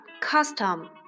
custom